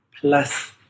plus